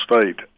State